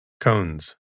Cones